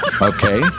Okay